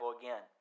again